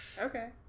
Okay